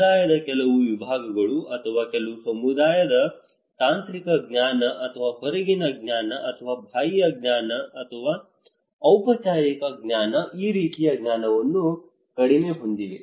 ಸಮುದಾಯದ ಕೆಲವು ವಿಭಾಗಗಳು ಅಥವಾ ಕೆಲವು ಸಮುದಾಯಗಳು ತಾಂತ್ರಿಕ ಜ್ಞಾನ ಅಥವಾ ಹೊರಗಿನ ಜ್ಞಾನ ಅಥವಾ ಬಾಹ್ಯ ಜ್ಞಾನ ಅಥವಾ ಔಪಚಾರಿಕ ಜ್ಞಾನ ಈ ರೀತಿಯ ಜ್ಞಾನವನ್ನು ಕಡಿಮೆ ಹೊಂದಿವೆ